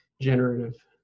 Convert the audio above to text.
generative